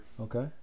Okay